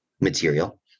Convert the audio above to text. material